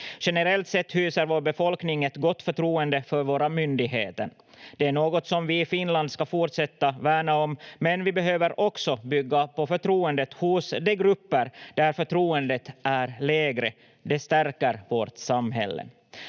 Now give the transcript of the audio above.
Generellt sett hyser vår befolkning ett gott förtroende för våra myndigheter. Det är något som vi i Finland ska fortsätta värna om, men vi behöver också bygga på förtroendet hos de grupper där förtroendet är lägre. Det stärker vårt samhälle.